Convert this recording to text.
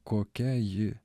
kokia ji